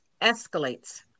escalates